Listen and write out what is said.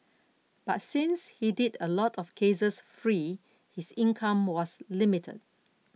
but since he did a lot of cases free his income was limited